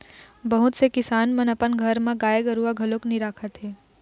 बहुत से किसान मन अपन घर म गाय गरूवा घलोक नइ राखत हे